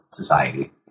society